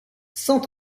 cent